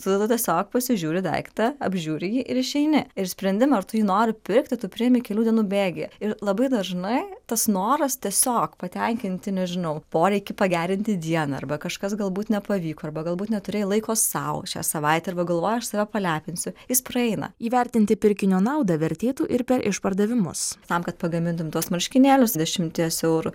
tu tada tiesiog pasižiūri daiktą apžiūri jį ir išeini ir sprendimą ar tu jį nori pirkti tu priimi kelių dienų bėgyje ir labai dažnai tas noras tiesiog patenkinti nežinau poreikį pagerinti dieną arba kažkas galbūt nepavyko arba galbūt neturėjai laiko sau šią savaitę arba galvoji aš save palepinsiu jis praeina įvertinti pirkinio naudą vertėtų ir per išpardavimus tam kad pagamintum tuos marškinėlius dešimties eurų